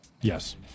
Yes